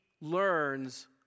learns